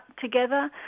together